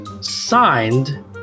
signed